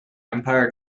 empire